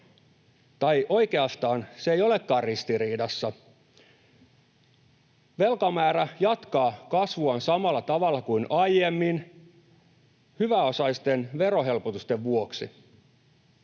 Tai oikeastaan se ei olekaan ristiriidassa: velkamäärä jatkaa kasvuaan samalla tavalla kuin aiemmin, hyväosaisten verohelpotusten vuoksi.